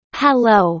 hello